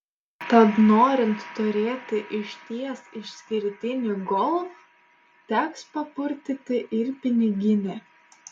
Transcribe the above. tad norint turėti išties išskirtinį golf teks papurtyti ir piniginę